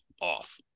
off